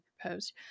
proposed